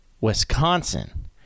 wisconsin